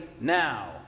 now